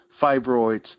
fibroids